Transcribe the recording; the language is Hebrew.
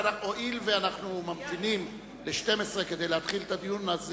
אבל הואיל ואנחנו ממתינים ל-12:00 כדי להתחיל את הדיון,